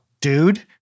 dude